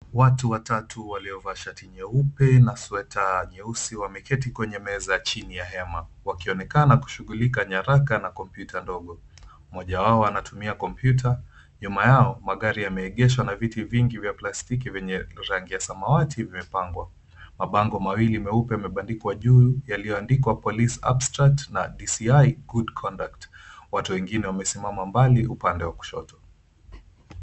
Watu watatu waliovaa shati jeupe na sweta nyeusi wameketi kwenye meza chini ya hema, wakionekana kushughulika nyaraka na kompyuta ndogo. Mmoja wao anatumia kompyuta, nyuma yao magari yameegeshwa na viti vingi vya plastiki vyenye rangi ya samawati vimepangwa. Mabango mawili meupe yamebandikwa juu yaliyoandikwa, police abstract na DCI good conduct . Watu wengine wamesimama mbali upande wa kushoto.